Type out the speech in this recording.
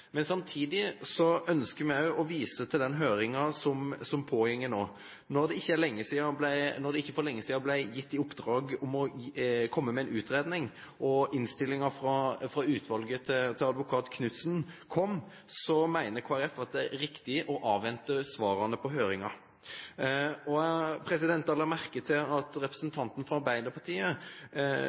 men samtidig ønsker vi også å vise til den høringen som pågår nå. Når det for ikke lenge siden ble gitt i oppdrag å komme med en utredning, og innstillingen fra utvalget til advokat Knudsen kom, så mener Kristelig Folkeparti at det er riktig å avvente svarene på høringen. Jeg la merke til at representanten fra Arbeiderpartiet